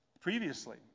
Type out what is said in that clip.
previously